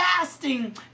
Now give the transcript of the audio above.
fasting